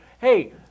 hey